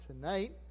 tonight